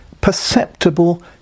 perceptible